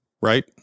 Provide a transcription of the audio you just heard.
right